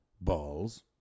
Balls